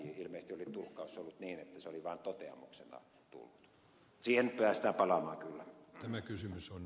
ilmeisesti oli tulkkaus ollut niin että se oli vaan toteamuksena tullut